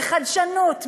בחדשנות,